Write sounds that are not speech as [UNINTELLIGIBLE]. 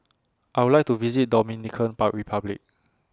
I Would like to visit Dominican [UNINTELLIGIBLE] Republic